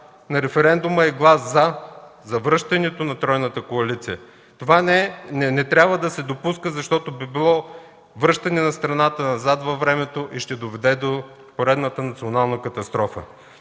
на референдума е глас „за” връщането на тройната коалиция. Това не трябва да се допуска, защото би било връщане на страната назад във времето и ще доведе до поредната национална катастрофа.